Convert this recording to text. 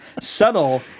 subtle